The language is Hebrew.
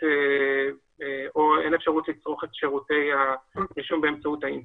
או אין אפשרות לצרוך את שירותי הרישום באמצעות האינטרנט.